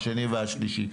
השני והשלישי.